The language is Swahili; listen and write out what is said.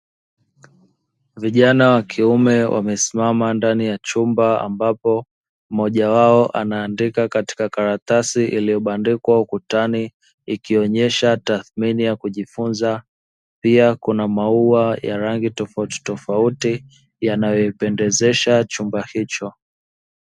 Vijana wa kiume wamesimama ndani ya chumba ambapo mmoja wao anaandika katika karatasi iliyobandikwa ukutani ikionyesha tathmini ya kujifunza, pia kuna maua ya rangi tofauti tofauti yanayopendezesha chumba hicho.